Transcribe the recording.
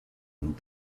and